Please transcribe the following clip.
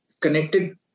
connected